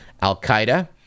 Al-Qaeda